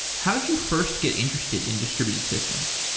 how did you first get interested in distributed systems?